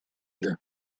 idi